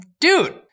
dude